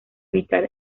vital